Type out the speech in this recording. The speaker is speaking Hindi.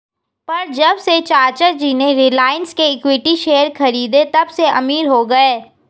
पर जब से चाचा जी ने रिलायंस के इक्विटी शेयर खरीदें तबसे अमीर हो गए